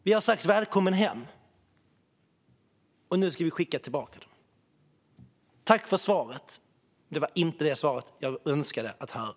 Vi har sagt välkommen hem, och nu ska vi skicka tillbaka dem. Tack för svaret, Ludvig Aspling! Det var inte det svar jag önskade höra.